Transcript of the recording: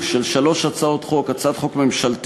של שלוש הצעות חוק: הצעת חוק ממשלתית,